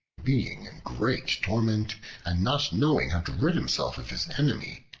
being in great torment and not knowing how to rid himself of his enemy,